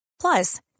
Plus